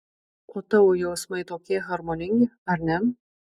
o tavo jausmai tokie harmoningi ar ne